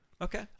Okay